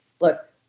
look